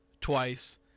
twice